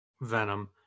venom